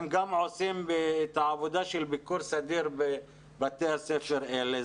הם גם עושים את העבודה של ביקור סדיר בבתי הספר האלה?